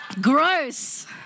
Gross